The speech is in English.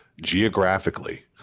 geographically